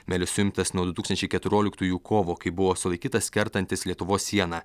melis suimtas nuo du tūkstančiai keturioliktųjų kovo kai buvo sulaikytas kertantis lietuvos sieną